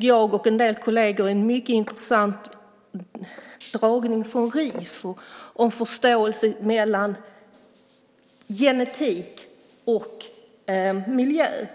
Jag och en del kolleger deltog till exempel i en mycket intressant föredragning från Rifo om förståelse mellan genetik och miljö.